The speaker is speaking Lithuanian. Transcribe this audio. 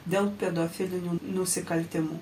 dėl pedofilinių nusikaltimų